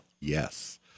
Yes